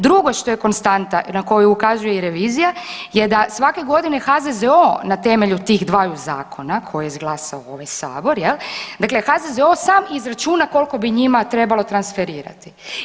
Drugo što je konstanta na koju ukazuje i revizija je da svake godine HZZO, na temelju tih dvaju zakona koje je izglasao ovaj Sabor jel, dakle HZZO sam izračuna koliko bi njima trebalo transferirati.